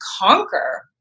conquer